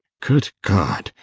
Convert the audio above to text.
good god!